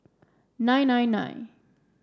nine nine nine